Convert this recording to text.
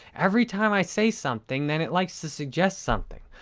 every time i say something, then it likes to suggest something.